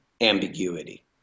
ambiguity